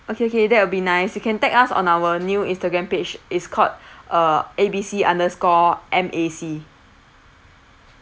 okay okay that will be nice you can tag us on our new instagram page it's called uh A B C underscore M A C